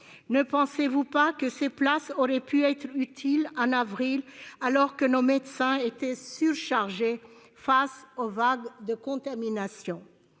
Ne pensez-vous pas que ces places auraient pu être utiles en avril, alors que nos médecins étaient surchargés face aux vagues de contamination ?